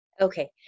okay